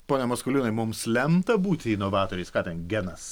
pone maskoliūnai mums lemta būti inovatoriais ką ten genas